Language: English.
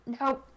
No